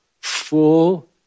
full